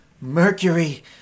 Mercury